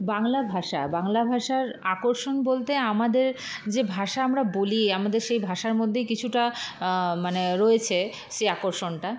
বাংলা ভাষা বাংলা ভাষার আকর্ষণ বলতে আমাদের যে ভাষা আমরা বলি আমাদের সেই ভাষার মধ্যে কিছুটা মানে রয়েছে সেই আকর্ষণটা